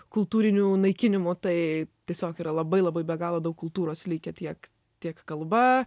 kultūrinių naikinimų tai tiesiog yra labai labai be galo daug kultūros likę tiek tiek kalba